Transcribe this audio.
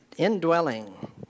Indwelling